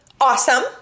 awesome